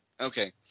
okay